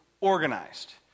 organized